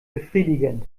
befriedigend